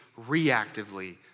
reactively